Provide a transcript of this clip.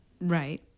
Right